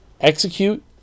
execute